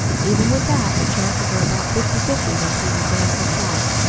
even with that, the chances are about fifty-fifty that he regains his sight.